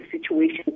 situation